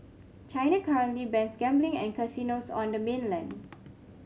China currently bans gambling and casinos on the mainland